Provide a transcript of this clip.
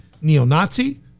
neo-Nazi